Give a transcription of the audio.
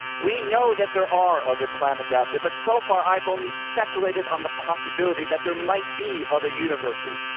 we know that there are other planets out there, but so far i've only speculated on the possibility that there might be other universes.